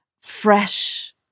fresh